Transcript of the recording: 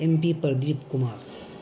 M P Pradeep Kumar